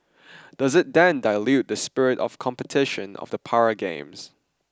does it then dilute the spirit of competition of the para games